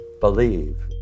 believe